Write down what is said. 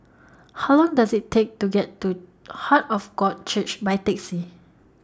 How Long Does IT Take to get to Heart of God Church By Taxi